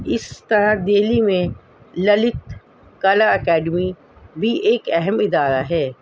اس طرح دہلی میں للت کلا اکیڈمی بھی ایک اہم ادارہ ہے